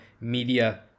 Media